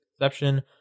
exception